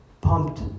pumped